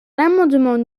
l’amendement